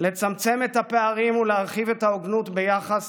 לצמצם את הפערים ולהרחיב את ההוגנות ביחס